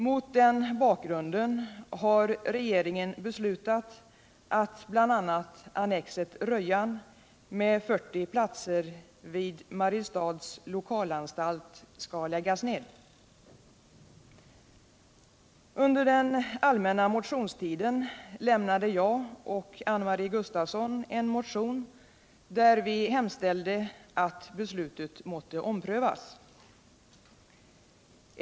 Mot den bakgrunden har regeringen beslutat att bl.a. annexet Rödjan med 40 platser vid Mariestads lokalanstalt skall läggas ned. Under den allmänna motionstiden väckte jag och Anne-Marie Gustafsson en motion, där vi hemställde att beslutet måste omprövas.